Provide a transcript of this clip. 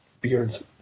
beards